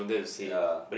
ya